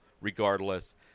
Regardless